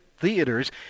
theaters